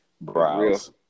Browse